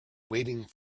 waiting